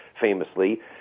famously